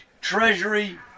treasury